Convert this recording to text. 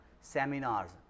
seminars